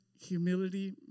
humility